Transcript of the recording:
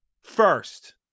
first